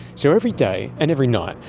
so every day and every night,